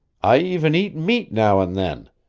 i even eat meat now and then.